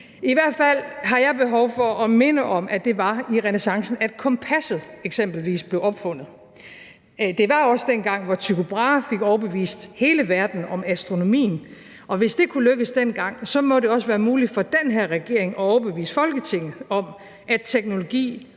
I hvert fald har jeg behov for at minde om, at det eksempelvis var i renæssancen, at kompasset blev opfundet, og det var også dengang, hvor Tycho Brahe fik overbevist hele verden om astronomien, og hvis det kunne lykkes dengang, så må det også være muligt for den her regering at overbevise Folketinget om, at teknologi